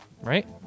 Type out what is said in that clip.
right